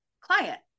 client